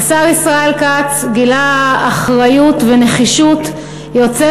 השר ישראל כץ גילה אחריות ונחישות יוצאת